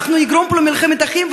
אנחנו נגרום פה למלחמת אחים.